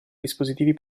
dispositivi